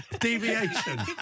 Deviation